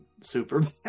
Superman